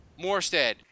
Morstead